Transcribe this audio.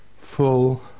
full